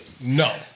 no